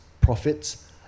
profits